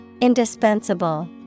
Indispensable